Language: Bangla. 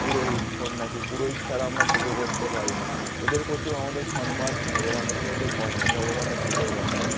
পুরোহিত সন্ন্যাসী পুরোহিত ছাড়া আমরা পুজো করতে পারি না ওদের প্রতিও আমাদের সম্মান ভগবানের থেকেও কম নয় ভগবানের দূতের মতোই